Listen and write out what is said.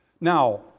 Now